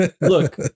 look